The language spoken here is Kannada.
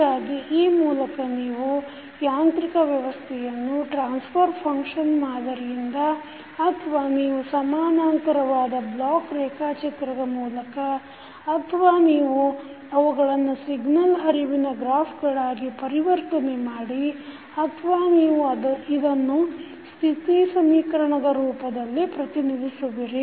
ಹೀಗಾಗಿ ಈ ಮೂಲಕ ನೀವು ಯಾಂತ್ರಿಕ ವ್ಯವಸ್ಥೆಯನ್ನು ಟ್ರಾನ್ಫರ್ ಫಂಕ್ಷನ್ ಮಾದರಿಯಿಂದ ಅಥವಾ ನೀವು ಸಮಾನಾಂತರವಾದ ಬ್ಲಾಕ್ ರೇಖಾಚಿತ್ರದ ಮೂಲಕ ಅಥವಾ ನೀವು ಅವುಗಳನ್ನು ಸಿಗ್ನಲ್ ಹರಿವಿನ ಗ್ರಾಫ್ಗಳಾಗಿ ಪರಿವರ್ತನೆ ಮಾಡಿ ಅಥವಾ ನೀವು ಇದನ್ನು ಸ್ಥಿತಿ ಸಮೀಕರಣ ರೂಪದಲ್ಲಿ ಪ್ರತಿನಿಧಿಸುವಿರಿ